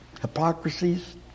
hypocrisies